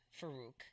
Farouk